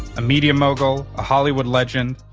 a media mogul, a hollywood legend.